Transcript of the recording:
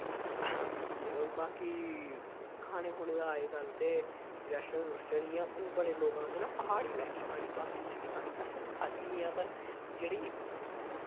ते बाकी खाने खूने दा अज्जकल ते रेस्टोरेंट रुस्टरेंट जियां बड़े लोग आखदे न प्हाड़ी मैगी खानी प्हाड़ी मैगी खानी असें बी खाद्धी आं पर जेह्ड़ी